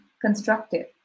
constructive